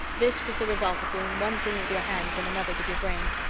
this was the result of doing one thing with your hands and another with your brain.